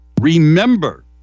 remember